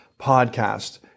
podcast